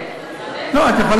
אתה צודק.